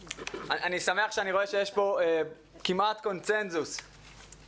אני שמח שאני רואה שיש פה כמעט קונצנזוס להבנה.